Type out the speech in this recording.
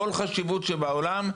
כל החשיבות שבעולם,